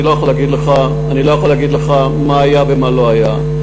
אני לא יכול להגיד לך מה היה ומה לא היה.